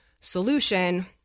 solution